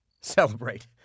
Celebrate